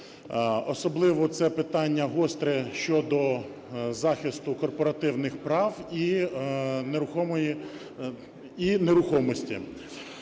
особливо це питання гостре щодо захисту корпоративних прав і нерухомості.